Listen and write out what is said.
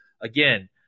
again